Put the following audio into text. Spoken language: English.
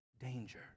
danger